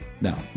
No